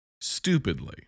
stupidly